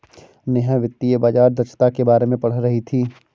नेहा वित्तीय बाजार दक्षता के बारे में पढ़ रही थी